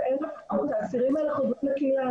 האסירים האלה חוזרים לקהילה.